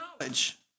knowledge